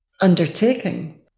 undertaking